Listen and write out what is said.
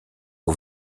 aux